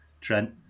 Trent